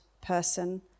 person